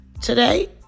today